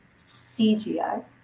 CGI